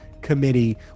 committee